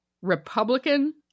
Republican